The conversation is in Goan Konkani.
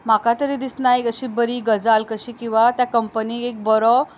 म्हाका तरी दिसना एक अशी बरी गजाल कशी किंवा त्या कंपनीक बरो